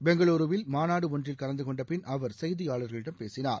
பெங்களூரில் மாநாடு ஒன்றில் கலந்து கொண்ட பின் அவர் செய்தியாளர்களிடம் பேசினார்